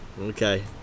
okay